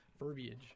Verbiage